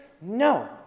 No